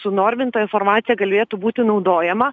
sunorminta informacija galėtų būti naudojama